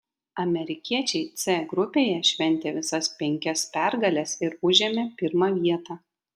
amerikiečiai c grupėje šventė visas penkias pergales ir užėmė pirmą vietą